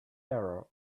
error